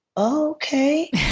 Okay